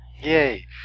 Yay